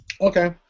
Okay